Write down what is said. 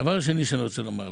דבר שני שאני רוצה לומר לך,